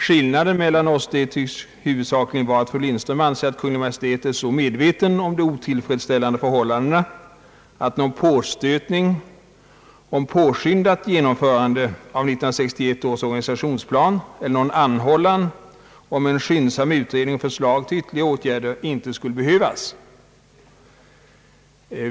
Skillnaden i vår uppfattning tycks huvudsakligen vara att fru Lindström anser att Kungl. Maj:t är så medveten om de otillfredsställande förhållandena att någon påstötning om påskyndat genomförande av 1961 års organisationsplan eller någon anhållan om en skyndsam utredning och förslag till ytterligare åtgärder inte skulle behövas.